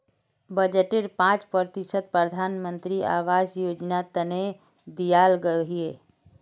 बजटेर पांच प्रतिशत प्रधानमंत्री आवास योजनार तने दियाल गहिये